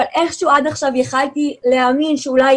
אבל איכשהו עד עכשיו יכולתי להאמין שאולי